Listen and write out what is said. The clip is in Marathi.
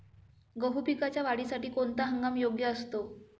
गहू पिकाच्या वाढीसाठी कोणता हंगाम योग्य असतो?